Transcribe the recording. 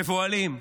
מבוהלים.